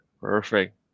perfect